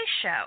show